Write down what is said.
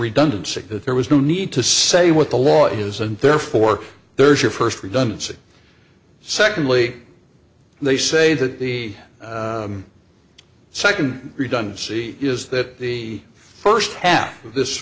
redundancy there was no need to say what the law is and therefore there's your first redundancy secondly they say that the second redundancy is that the first half of this